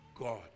God